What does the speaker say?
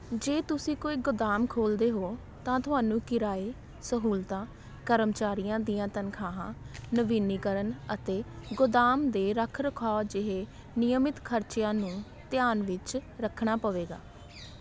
ਜੇ ਤੁਸੀਂ ਕੋਈ ਗੁਦਾਮ ਖੋਲ੍ਹਦੇ ਹੋ ਤਾਂ ਤੁਹਾਨੂੰ ਕਿਰਾਏ ਸਹੂਲਤਾਂ ਕਰਮਚਾਰੀਆਂ ਦੀਆਂ ਤਨਖਾਹਾਂ ਨਵੀਨੀਕਰਨ ਅਤੇ ਗੁਦਾਮ ਦੇ ਰੱਖ ਰਖਾਓ ਜਿਹੇ ਨਿਯਮਤ ਖਰਚਿਆਂ ਨੂੰ ਧਿਆਨ ਵਿੱਚ ਰੱਖਣਾ ਪਵੇਗਾ